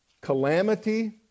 calamity